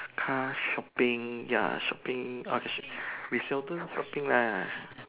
car shopping ya shopping ah we seldom shopping lah